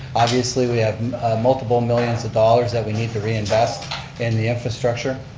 obviously, we have multiple millions of dollars that we need to reinvest in the infrastructure.